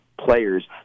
players